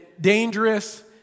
dangerous